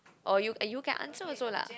oh you you can answer also lah